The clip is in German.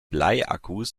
bleiakkus